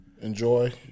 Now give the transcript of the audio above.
Enjoy